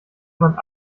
man